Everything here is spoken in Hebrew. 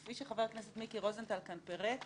כפי שחבר הכנסת מיקי רוזנטל פירט כאן,